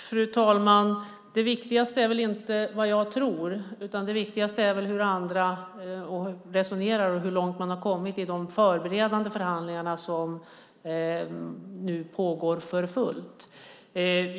Fru talman! Det viktigaste är väl inte vad jag tror. Det viktigaste är väl hur andra resonerar och hur långt man har kommit i de förberedande förhandlingar som nu pågår för fullt.